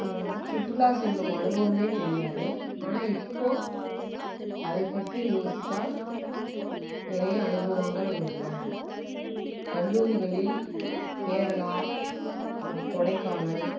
சுற்றுலா செல்லும் அனுபவமே தெரியாது ஆனால் இப்போது அதைப் பற்றி யோசித்தால் நிறைய அனுபவங்கள் உள்ளன கல்லூரிகளில் கேரளா கொடைக்கானல்